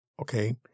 Okay